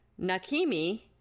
Nakimi